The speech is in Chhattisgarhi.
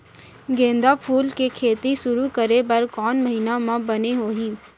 गेंदा फूल के खेती शुरू करे बर कौन महीना मा बने होही?